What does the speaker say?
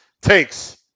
takes